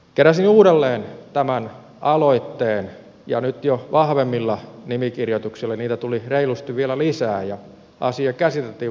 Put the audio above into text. keräsin uudelleen tämän aloitteen ja nyt jo vahvemmilla nimikirjoituksilla niitä tuli reilusti vielä lisää ja asia käsiteltiin valtuustossa